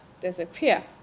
disappear